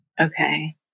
Okay